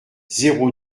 zéro